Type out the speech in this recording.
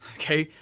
okay?